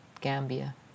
Gambia